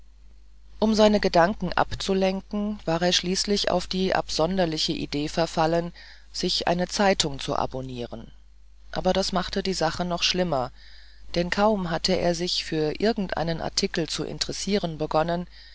um seine gedanken abzulenken war er schließlich auf die absonderliche idee verfallen sich eine zeitung zu abonnieren aber das machte die sache noch schlimmer denn kaum hatte er sich für irgendeinen artikel zu interessieren begonnen